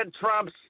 Trump's